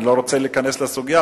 אני לא רוצה להיכנס לסוגיה,